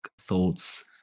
thoughts